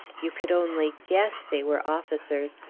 you could only guess they were officers,